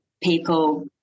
people